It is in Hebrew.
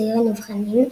צעיר הנבחנים,